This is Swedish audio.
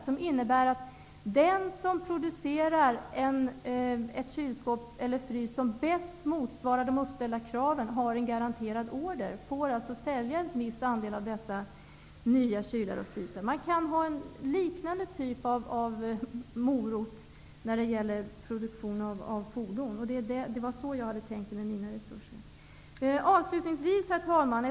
Den innebär att den som producerar ett kylskål eller en frys som bäst motsvarar de uppställda kraven har en garanterad order och får alltså sälja en viss andel av dessa nya kylskåp och frysar. Man kan ha en liknande typ av morot när det gäller produktion av fordon. Det var så jag hade tänkt mig med de resurser jag föreslog. Herr talman!